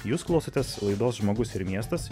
jūs klausotės laidos žmogus ir miestas